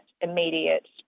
immediate